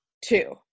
Two